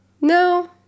No